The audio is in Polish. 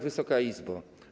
Wysoka Izbo!